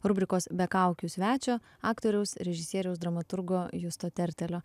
rubrikos be kaukių svečio aktoriaus režisieriaus dramaturgo justo tertelio